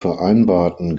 vereinbarten